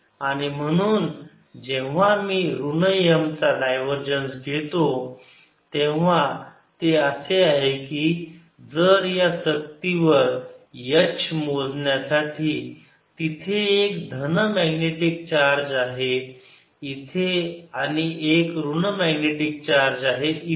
आणि म्हणून जेव्हा मी ऋण M चा डायवरजन्स घेतो तेव्हा ते असे आहे की जर या चकतीवर H मोजण्यासाठी तिथे एक धन मॅग्नेटिक चार्ज आहे इथे आणि एक ऋण मॅग्नेटिक चार्ज आहे इथे